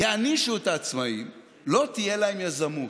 יענישו את העצמאים לא תהיה להן יזמות,